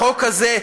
החוק הזה,